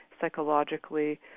psychologically